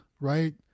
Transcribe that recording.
right